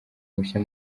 mushya